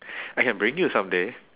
I can bring you someday